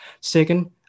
Second